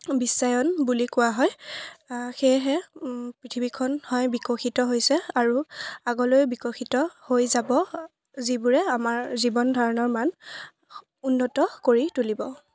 বিশ্বায়ন বুলি কোৱা হয় সেয়েহে পৃথিৱীখন হয় বিকশিত হৈছে আৰু আগলৈ বিকশিত হৈ যাব যিবোৰে আমাৰ জীৱন ধাৰণৰ মান উন্নত কৰি তুলিব